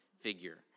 figure